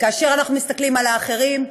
וכאשר אנחנו מסתכלים על האחרים,